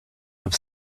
have